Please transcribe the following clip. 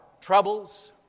troubles